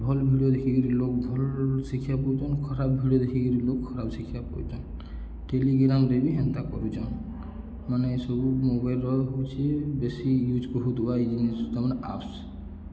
ଭଲ୍ ଭିଡ଼ିଓ ଦେଖିକିରି ଲୋକ୍ ଭଲ୍ ଶିକ୍ଷା ପାଉଛନ୍ ଖରାପ ଭିଡ଼ିଓ ଦେଖିକିରି ଲୋକ୍ ଖରାପ ଶିକ୍ଷା ପାଉଚନ୍ ଟେଲିଗ୍ରାମ୍ରେେ ବି ହେନ୍ତା କରୁଛନ୍ ମାନେ ଏସବୁ ମୋବାଇଲ୍ର ହେଉଛି ବେଶୀ ୟୁଜ୍ କରୁଥିବା ଏଇ ଜିନିଷ୍ ତାମାନେ ଆପ୍ସ